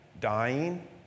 dying